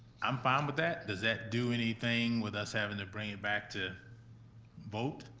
i'm fine with that. does that do anything with us having to bring it back to vote?